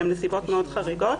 שהן נסיבות מאוד חריגות,